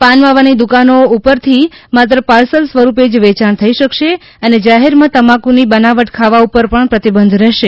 પાન માવાની દુકાનો ઉપરથી માત્ર પાર્સલ સ્વરૂપે જ વેચાણ થઈ શકશે અને જાહેરમાં તમાકુની બનાવટ ખાવા ઉપર પણ પ્રતિબંધરહેશે